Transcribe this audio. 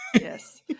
Yes